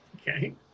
Okay